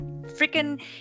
freaking